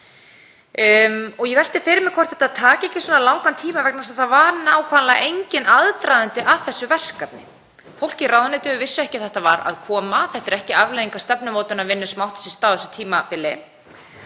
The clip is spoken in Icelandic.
Ég velti fyrir mér hvort þetta taki ekki svo langan tíma vegna þess að það var nákvæmlega enginn aðdragandi að þessu verkefni. Fólk í ráðuneytunum vissi ekki að þetta væri að koma. Þetta er ekki afleiðing af stefnumótunarvinnu sem átti sér stað á þessu tímabili.